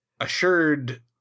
assured